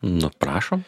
nu prašom